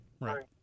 right